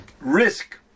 risk